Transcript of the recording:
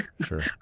sure